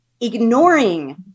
ignoring